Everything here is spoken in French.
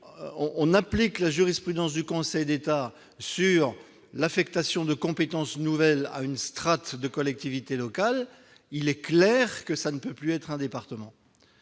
l'on applique la jurisprudence du Conseil d'État sur l'affectation de compétences nouvelles à une strate de collectivités locales, il est clair que cela ne peut plus être un département.